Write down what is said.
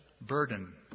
burden